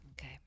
Okay